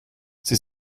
sie